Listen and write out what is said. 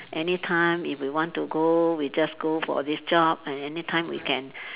any time if we want to go we just go for this job at any time we can